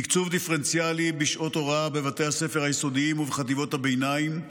תקצוב דיפרנציאלי בשעות הוראה בבתי הספר היסודיים ובחטיבות הביניים,